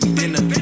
dinner